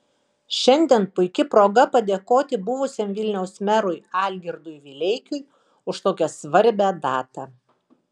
šiandien puiki proga padėkoti buvusiam vilniaus merui algirdui vileikiui už tokią svarbią datą